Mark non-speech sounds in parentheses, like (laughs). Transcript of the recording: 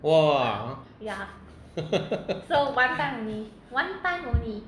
!wah! (laughs)